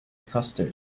custard